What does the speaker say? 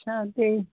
ਅੱਛਾ ਅਤੇ